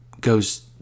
goes